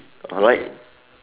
alright